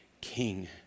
king